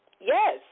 Yes